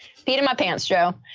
peed in my pants joe.